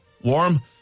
warm